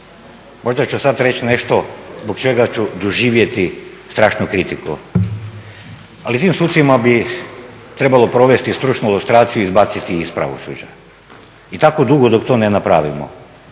možda ću sada reći nešto zbog čega ću doživjeti strašnu kritiku, ali tim sucima bi trebalo provesti stručnu lustraciju i izbaciti ih iz pravosuđa. I tako dugo dok to ne napravimo